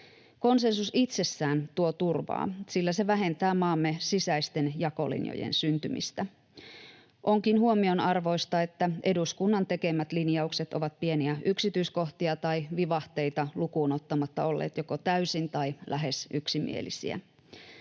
Konsensus itsessään tuo turvaa, sillä se vähentää maamme sisäisten jakolinjojen syntymistä. Onkin huomionarvoista, että eduskunnan tekemät linjaukset ovat pieniä yksityiskohtia tai vivahteita lukuun ottamatta olleet joko täysin tai lähes yksimielisiä.